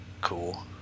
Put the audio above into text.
cool